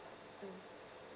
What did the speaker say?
mm